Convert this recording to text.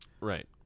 Right